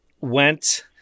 went